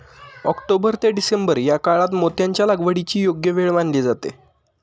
October ते December या काळात मोत्यांच्या लागवडीची योग्य वेळ मानली जाते